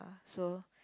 so